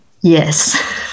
Yes